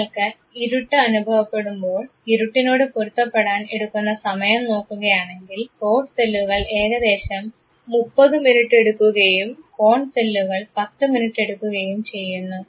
നിങ്ങൾക്ക് ഇരുട്ട് അനുഭവപ്പെടുമ്പോൾ ഇരുട്ടിനോട് പൊരുത്തപ്പെടാൻ എടുക്കുന്ന സമയം നോക്കുകയാണെങ്കിൽ റോഡ് സെല്ലുകൾ ഏകദേശം 30 മിനിറ്റ് എടുക്കുകയും കോൺ സെല്ലുകൾ 10 മിനിറ്റ് എടുക്കുകയും ചെയ്യുന്നു